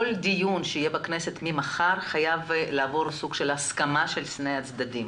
כל דיון שיהיה בכנסת ממחר חייב לעבור סוג של הסכמה של שני הצדדים.